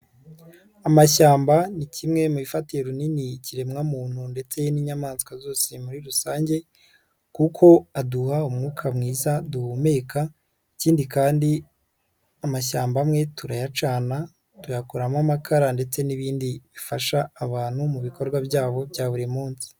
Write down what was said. Amashyamba ni kimwe mu bifatiye runini ikiremwamuntu ndetse n'inyamaswa zose muri rusange kuko aduha umwuka mwiza duhumeka, ikindi kandi amashyamba amwe turayacana, tuyakoramo amakara ndetse n'ibindi bifasha abantu mu bikorwa byabo bya buri munsi.